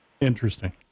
Interesting